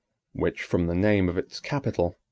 which, from the name of its capital,